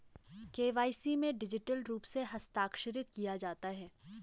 KYC में digital रूप से हस्ताक्षरित किया जाता है